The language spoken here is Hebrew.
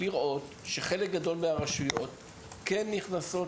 לראות שחלק גדול מהרשויות כן נכנסות